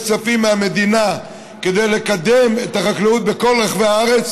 כספים מהמדינה כדי לקדם את החקלאות בכל רחבי הארץ